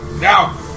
Now